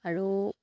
আৰু